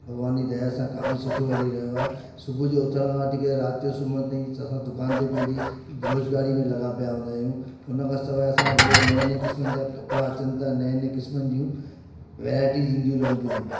भॻवान जी दया सां काफ़ी सुठो हली रहियो आहे सुबुह जो उथण खां जेके राति जो सुम्हण ताईं असां दुकान ते पंहिंजी रोज़गारी में लॻा पिया हूंदा आहियूं उन खां सवाइ असां रोज़ु नऐं नऐं क़िस्मनि जा कपिड़ा अचनि था नऐं नऐं क़िस्मनि जूं वैराइटीज़ ईंदियूं रहंदियूं आहिनि